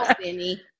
Benny